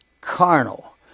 carnal